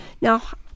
Now